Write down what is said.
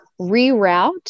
reroute